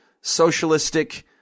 socialistic